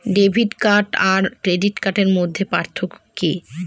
Debit card আর credit কার্ডের মধ্যে পার্থক্য কি?